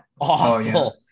awful